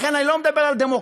לכן אני לא מדבר על דמוקרטיה,